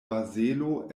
bazelo